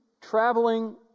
traveling